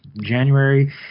january